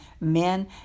men